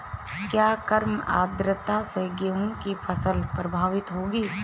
क्या कम आर्द्रता से गेहूँ की फसल प्रभावित होगी?